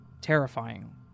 terrifying